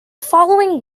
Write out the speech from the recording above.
following